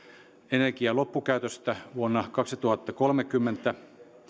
energian loppukäytöstä vuonna kaksituhattakolmekymmentä